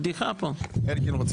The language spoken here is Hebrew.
לדחות לשבוע הבא, אופיר.